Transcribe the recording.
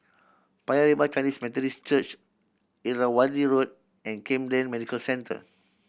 Paya Lebar Chinese Methodist Church Irrawaddy Road and Camden Medical Centre